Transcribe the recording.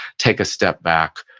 take a step back.